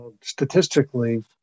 statistically